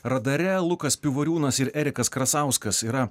radare lukas pivoriūnas ir erikas krasauskas yra